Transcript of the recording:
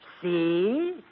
See